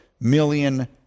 million